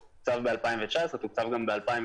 הוא טופל ב-2019 וטופל גם ב-2020.